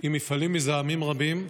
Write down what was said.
עם מפעלים מזהמים רבים,